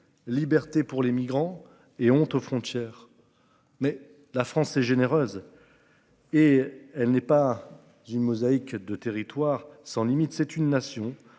Liberté pour les migrants et honte aux frontières. Mais la France est généreuse. Et elle n'est pas J. mosaïque de territoire sans limite, c'est une nation